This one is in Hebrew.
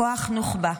כוח נוח'בה,